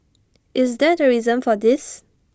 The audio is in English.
is that A reason for this